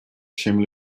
чем